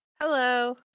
Hello